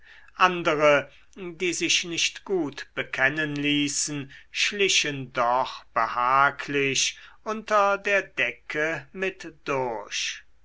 andere die sich nicht gut bekennen ließen schlichen doch behaglich unter der decke mit durch